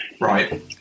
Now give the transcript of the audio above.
right